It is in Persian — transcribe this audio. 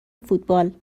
فوتبال